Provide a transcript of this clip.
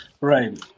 Right